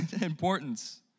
importance